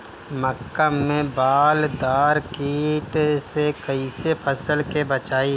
मक्का में बालदार कीट से कईसे फसल के बचाई?